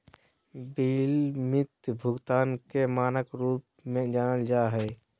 बिलम्बित भुगतान के मानक के रूप में जानल जा हइ